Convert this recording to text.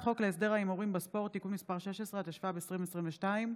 בחקלאות (תיקון מס' 9), התשפ"ב 2022,